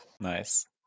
Nice